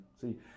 See